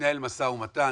התנהל משא ומתן,